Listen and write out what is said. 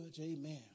Amen